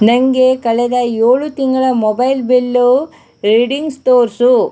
ನನಗೆ ಕಳೆದ ಏಳು ತಿಂಗಳ ಮೊಬೈಲ್ ಬಿಲ್ಲು ರೀಡಿಂಗ್ಸ್ ತೋರಿಸು